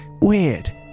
Weird